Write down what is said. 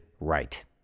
right